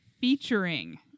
featuring